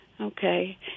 Okay